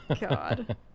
God